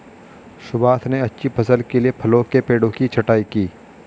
सुभाष ने अच्छी फसल के लिए फलों के पेड़ों की छंटाई की